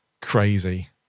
crazy